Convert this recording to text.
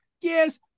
Yes